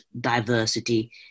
diversity